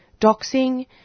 doxing